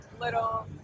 little